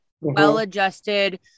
well-adjusted